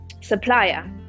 supplier